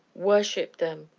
worshipped them,